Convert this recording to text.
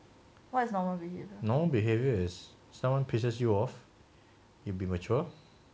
normal behavior is someone pisses you off you'll be mature